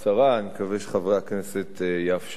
אני מקווה שחברי הכנסת יאפשרו זאת.